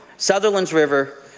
sutherlands river,